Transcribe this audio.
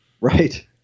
Right